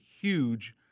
huge